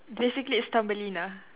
basically it's Thumbelina